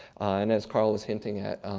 and as carl was hinting at,